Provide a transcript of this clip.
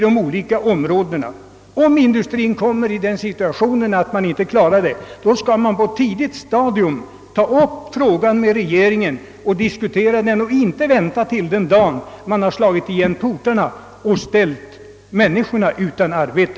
Om indu en aktiv lokaliseringspolitik strien inte bemästrar svårigheterna, skall man på ett tidigt stadium ta kontakt med regeringen för diskussion och inte vänta till den dag då man slår igen portarna och ställer de anställda utan arbete.